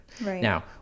now